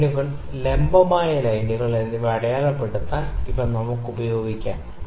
ലൈനുകൾ ലംബമായ ലൈനുകൾ എന്നിവ അടയാളപ്പെടുത്താൻ നമുക്ക് ഇത് ഉപയോഗിക്കാം